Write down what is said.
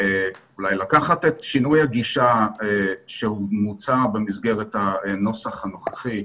אולי לקחת את שינוי הגישה שמוצע במסגרת הנוסח הנוכחי,